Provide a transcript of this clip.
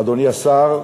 אדוני השר,